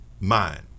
mind